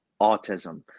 autism